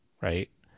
right